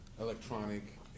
electronic